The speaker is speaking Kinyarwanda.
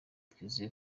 twizeye